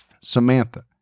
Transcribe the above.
Samantha